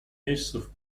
месяцев